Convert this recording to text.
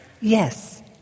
Yes